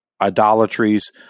idolatries